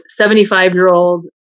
75-year-old